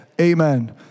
amen